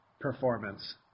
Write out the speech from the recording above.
performance